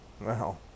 Wow